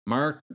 Mark